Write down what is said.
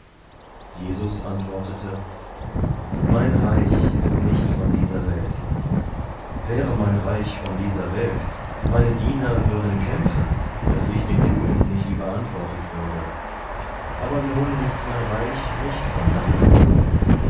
jesus antwortete mein reich ist nicht von dieser welt wäre mein reich von dieser welt meine diener würden kämpfen daß ich den juden nicht über antwortet würde aber nun ist mein reich nicht von dannen